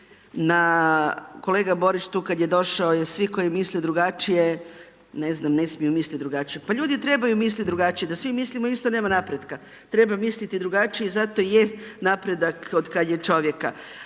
na, kolega Borić tu kad je došao je svi koji misle drugačije, ne znam, ne smije misliti drugačije. Pa ljudi trebaju misliti drugačije. Da svi mislimo isto nema napretka. Treba misliti drugačije i zato je napredak od kad je čovjeka.